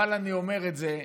אבל אני אומר את זה,